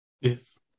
Yes